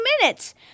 minutes